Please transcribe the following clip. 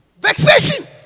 vexation